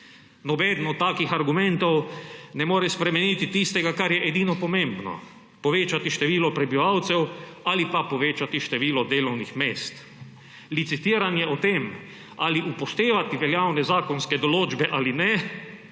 Nobeden od takih argumentov ne more spremeniti tistega, kar je edino pomembno, povečati število prebivalcev ali pa povečati število delovnih mest. Licitiranje o tem, ali upoštevati veljavne zakonske določbe ali ne,